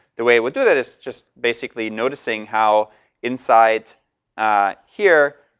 the way it would do that is just basically noticing how inside here,